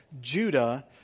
Judah